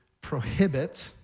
prohibit